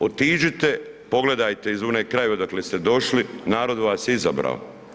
Otiđite, pogledajte u one krajeve odakle ste došli, narod vas je izabrao.